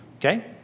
Okay